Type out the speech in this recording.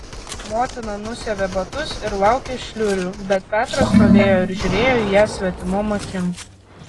motina nusiavė batus ir laukė šliurių bet petras stovėjo ir žiūrėjo į ją svetimom akim